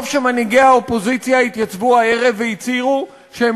טוב שמנהיגי האופוזיציה התייצבו הערב והצהירו שהם